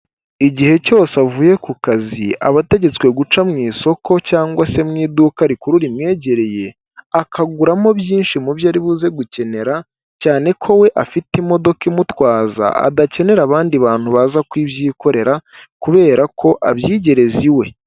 Igihe cyose avuye ku kazi aba ategetswe guca mu isoko cyangwa se mu iduka rikuru ri rimwegereye akaguramo byinshi mu byo aribuze gukenera cyane ko we afite imodoka imutwaza adakenera abandi bantu baza kubyikorera kubera ko abyigerereza iwe.